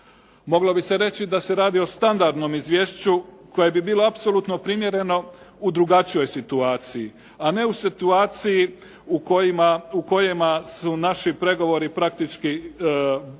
Moglo bi se reći da se radi o standardnom izvješću koje bi bilo apsolutno primjereno u drugačijoj situaciji, a ne u situaciji u kojima su naši pregovori praktički